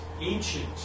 ancient